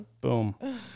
Boom